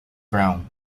braun